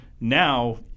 Now